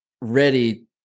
ready